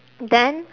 then